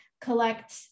collect